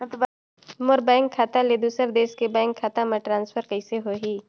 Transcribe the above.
मोर bank खाता ले दुसर देश के बैंक खाता मे ट्रांसफर कइसे होही?